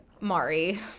Mari